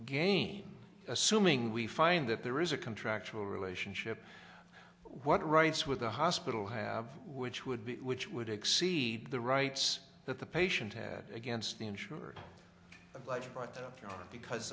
gain assuming we find that there is a contractual relationship what rights with the hospital have which would be which would exceed the rights that the patient had against the insurer obliged right up front because